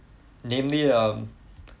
namely um